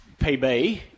PB